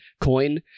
coin